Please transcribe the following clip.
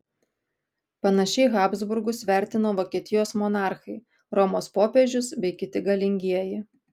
panašiai habsburgus vertino vokietijos monarchai romos popiežius bei kiti galingieji